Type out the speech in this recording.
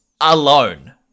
alone